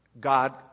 God